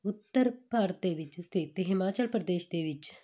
ਉੱਤਰ ਭਾਰਤ ਦੇ ਵਿੱਚ ਸਥਿਤ ਹਿਮਾਚਲ ਪ੍ਰਦੇਸ਼ ਦੇ ਵਿੱਚ